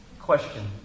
Question